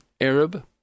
Arab